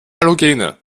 halogene